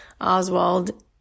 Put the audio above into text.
Oswald